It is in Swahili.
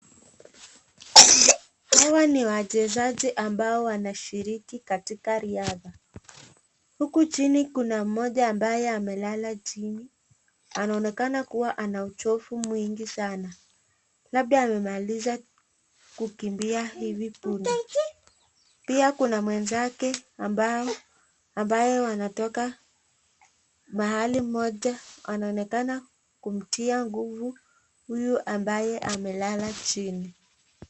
Hawa ni wachezaji ambao wanashiriki katika riadha. Huku chini kuna mmoja ambaye amelala chini. Anaonekana kuwa na uchovu mwingi sana, labda amemaliza kukimbia hivi punde. Pia kuna mwenzake ambao, ambaye wanatoka mahali moja, wanaonekana kumtia nguvu huyu ambaye amelala chini.